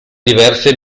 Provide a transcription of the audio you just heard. diverse